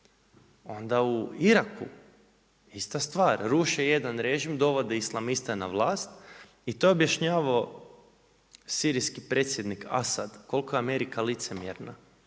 onda u Iraku ista stvar. Ruše jedan režim, dovode islamiste na vlast i to je objašnjavao sirijski predsjednik Asad koliko je Amerika licemjerna.